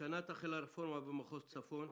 השנה תחל רפורמה במחוז צפון,